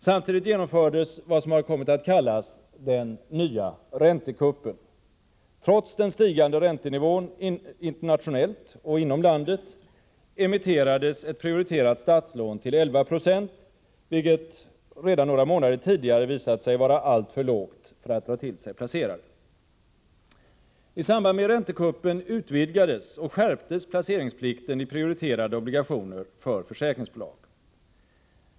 Samtidigt genomfördes vad som har kommit att kallas den nya räntekuppen. Trots den stigande räntenivån internationellt och inom landet emitterades ett prioriterat statslån till 11 96, vilket redan några månader tidigare hade visat sig vara alltför lågt för att dra till sig placerare. I samband med räntekuppen utvidgades och skärptes placeringsplikten i fråga om prioriterade obligationer för försäkringsbolag.